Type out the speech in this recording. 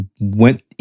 went